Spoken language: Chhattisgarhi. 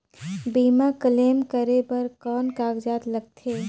बीमा क्लेम करे बर कौन कागजात लगथे?